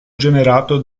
generato